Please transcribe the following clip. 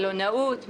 מלונאות,